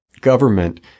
government